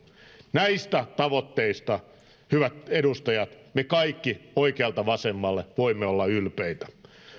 näistä tavoitteista hyvät edustajat me kaikki oikealta vasemmalle voimme olla ylpeitä